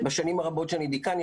בשנים הרבות שאני דיקן,